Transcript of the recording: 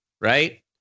right